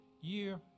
year